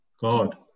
God